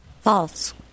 False